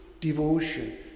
devotion